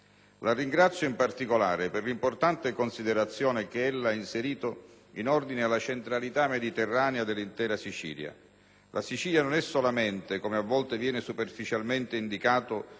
Ringrazio, in particolare, il Ministro per l'importante considerazione che ha inserito in ordine alla centralità mediterranea dell'intera Sicilia. La Sicilia non è solamente, come a volte viene superficialmente indicato,